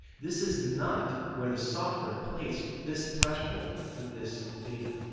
this is not where the software placed this threshold for this data.